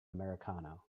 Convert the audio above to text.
americano